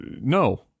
No